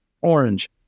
orange